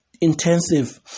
intensive